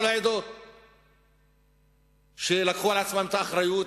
העדות על כך שלקחו על עצמם את האחריות.